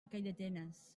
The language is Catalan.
calldetenes